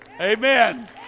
Amen